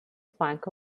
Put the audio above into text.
plank